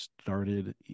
started